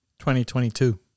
2022